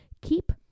keep